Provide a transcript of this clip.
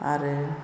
आरो